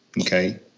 Okay